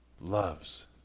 loves